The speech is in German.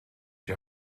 die